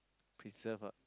preserve ah